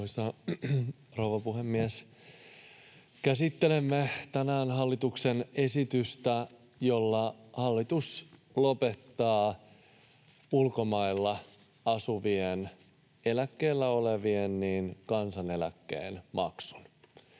Arvoisa rouva puhemies! Käsittelemme tänään hallituksen esitystä, jolla hallitus lopettaa ulkomailla asuvien, eläkkeellä olevien kansaneläkkeen maksun